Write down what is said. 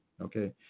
okay